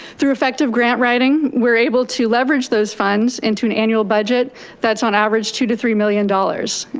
through effective grant writing, we're able to leverage those funds into an annual budget that's on average two to three million dollars,